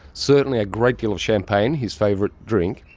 certainly a great deal of champagne, his favourite drink,